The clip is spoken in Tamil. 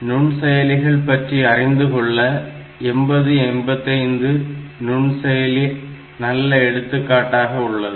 நுண் செயலிகள் பற்றி அறிந்துகொள்ள 8085 நுண்செயலி நல்ல எடுத்துக்காட்டாக உள்ளது